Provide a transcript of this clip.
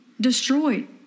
destroyed